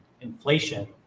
inflation